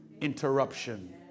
Interruption